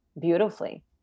beautifully